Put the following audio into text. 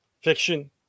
fiction